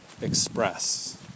express